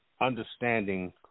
understanding